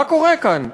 מה קורה כאן?